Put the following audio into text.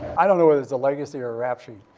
i don't know whether it's a legacy or a rap sheet.